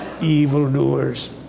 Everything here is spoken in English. evildoers